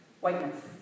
whiteness